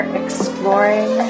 exploring